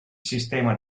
sistema